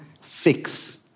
fix